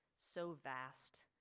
so vast.